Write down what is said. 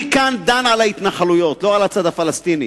אני כאן דן על ההתנחלויות, לא על הצד הפלסטיני.